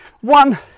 one